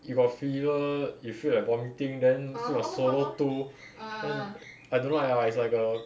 you got fever you feel like vomiting then still must swallow two then I don't like lah is like the